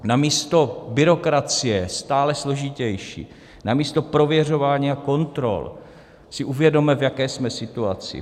Namísto byrokracie, stále složitější, namísto prověřování a kontrol si uvědomme, v jaké jsme situaci.